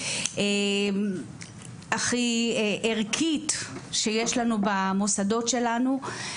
הכי ערכית שיש לנו במוסדות שלנו.